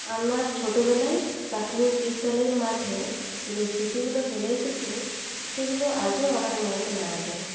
আমার ছোটোবেলায় প্রাথমিক বিদ্যালয়ের মাঠে যে স্মৃতিগুলো ফেলে এসেছি সেগুলো আজও আমার মনকে নাড়া দেয়